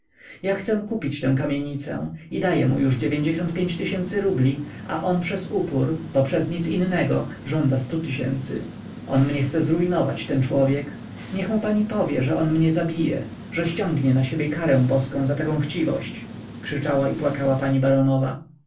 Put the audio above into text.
ja chcę kupić tę kamienicę i daję mu już dziewięćdziesiąt pięć tysięcy rubli a on przez upór bo przez nic innego żąda stu tysięcy on mnie chce zrujnować ten człowiek niech mu pani powie że on mnie zabije że ściągnie na siebie karę boską za taką chciwość krzyczała i płakała pani